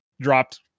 dropped